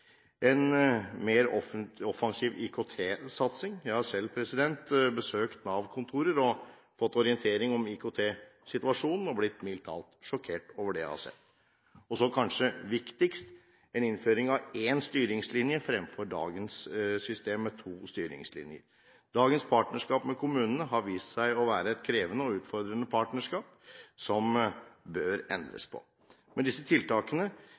en mer offensiv IKT-satsing Jeg har selv besøkt Nav-kontorer, fått orientering om IKT-situasjonen og mildt talt blitt sjokkert over det jeg har sett. Og kanskje viktigst: innføring av én styringslinje fremfor dagens system med to styringslinjer Dagens partnerskap med kommunene har vist seg å være et krevende og utfordrende partnerskap, som bør endres på. Med disse tiltakene